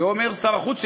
את זה אומר שר החוץ,